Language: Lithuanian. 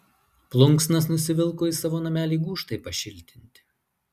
plunksnas nusivilko į savo namelį gūžtai pašiltinti